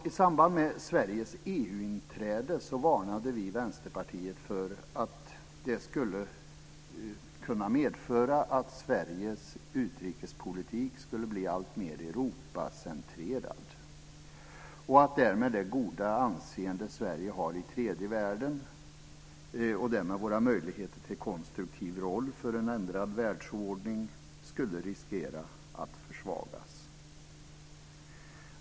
I samband med Sveriges EU-inträde varnade vi i Vänsterpartiet för att det skulle kunna medföra att Sveriges utrikespolitik skulle bli alltmer Europacentrerad och att det goda anseende som Sverige har i tredje världen och därmed våra möjligheter till en konstruktiv roll för en ändrad världsordning skulle riskera att försvagas.